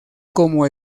como